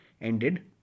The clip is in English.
ended